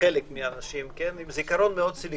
חלק מהאנשים ניחנים בזיכרון סלקטיבי.